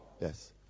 Yes